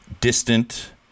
distant